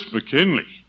McKinley